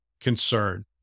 concern